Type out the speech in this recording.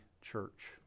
church